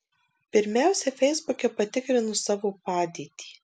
pirmiausia feisbuke patikrinu savo padėtį